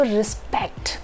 respect